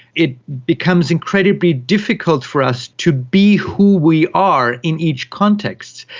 it becomes incredibly difficult for us to be who we are in each context.